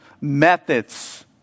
methods